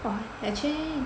!wah! actually